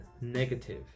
negative